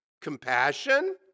Compassion